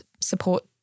support